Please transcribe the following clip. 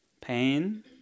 pain